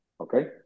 Okay